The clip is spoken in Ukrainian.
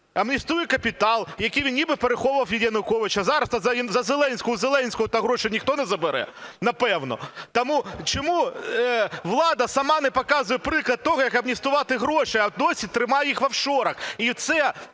амністуй капітал, який він ніби переховував від Януковича. Зараз у Зеленського гроші ніхто не забере. Напевно. Тому чому влада сама не показує приклад того, як амністувати гроші, а досі тримає їх в офшорах?